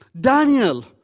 Daniel